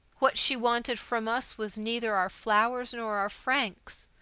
what she wanted from us was neither our flowers nor our francs,